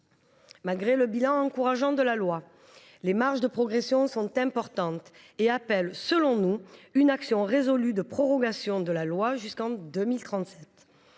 Malgré le bilan encourageant de la loi, des marges de progression importantes demeurent et appellent, selon nous, une action résolue de prorogation de la loi jusqu’en 2037.